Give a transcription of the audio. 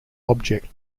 object